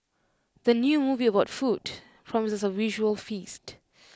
the new movie about food promises A visual feast